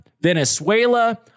Venezuela